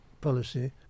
policy